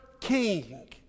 king